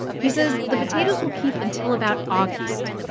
he says the potatoes will keep until about august.